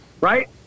right